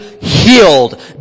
healed